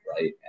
right